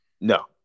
No